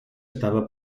estava